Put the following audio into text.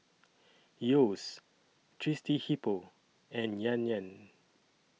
Yeo's Thirsty Hippo and Yan Yan